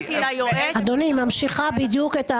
מפנים אותי ליועץ, אבל אני משלמת כסף על זה.